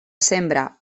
sembra